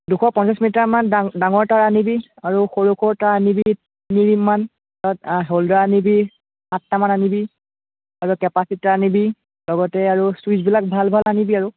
দুশ পঞ্চাছ মিটাৰমান ডাঙৰ তাঁৰ আনিবি আৰু সৰু সৰু তাঁৰ আনিবি তিনি মিটাৰমান হ'ল্ডাৰ আনিবি আঠটামান আনিবি আৰু কেপাচিটাৰ আনিবি লগতে আৰু ছুইচবিলাক ভাল ভাল আনিবি আৰু